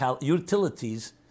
utilities